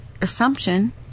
assumption